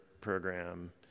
program